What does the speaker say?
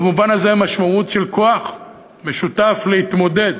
במובן הזה המשמעות של כוח משותף להתמודד.